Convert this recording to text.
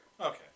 Okay